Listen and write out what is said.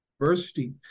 University